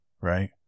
right